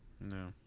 No